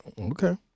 Okay